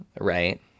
right